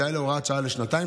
זה היה בהוראת שעה לשנתיים,